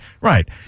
Right